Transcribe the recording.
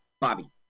Bobby